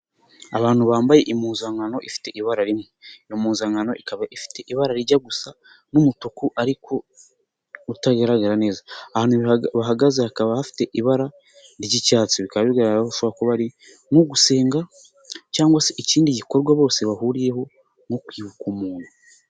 Abantu bambaye impuzankano ifite ibara rimwe. Iyo mpuzankano ikaba ifite ibara rijya gusa n'umutuku ariko utagaragara neza. Ahantu bahagaze hakaba hafite ibara ry'icyatsi. Bikaba bigaragara ko bashobora kuba bari nko gusenga cyangwa se ikindi gikorwa bose bahuriyeho nko kwibuka umuntu.